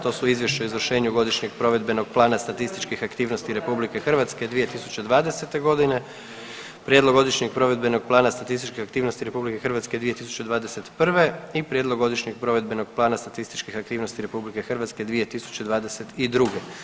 To su Izvješće o izvršenju godišnjeg provedbenog plana statističkih aktivnosti RH 2020.g., Prijedlog godišnjeg provedbenog plana statističkih aktivnosti RH 2021. i Prijedlog godišnjeg provedbenog plana statističkih aktivnosti RH 2022.